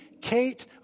Kate